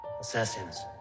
Assassins